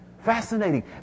Fascinating